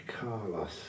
Carlos